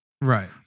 Right